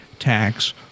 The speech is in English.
tax